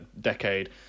decade